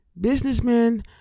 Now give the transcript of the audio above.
businessmen